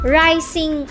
rising